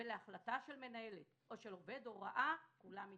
ולהחלטה של מנהלת או של עובד הוראה כולם מתערבים.